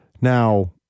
now